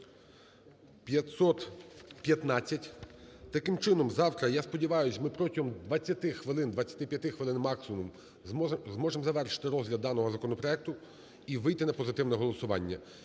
515. Таким чином завтра, я сподіваюсь, ми протягом 20 хвилин, 25 хвилин максимум зможемо завершити розгляд даного законопроекту і вийти на позитивне голосування.